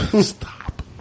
Stop